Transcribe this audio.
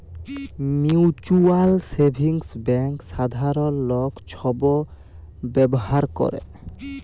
mutual savings bank সাধারল লক ছব ব্যাভার ক্যরে